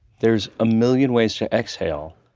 there's a million ways to exhale